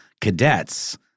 cadets